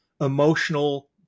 emotional